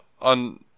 on